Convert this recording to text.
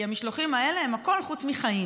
כי המשלוחים האלה הם הכול חוץ מחיים: